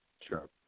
Sure